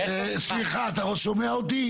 יש לי מסמך --- סליחה, אתה שומע אותי?